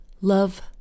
Love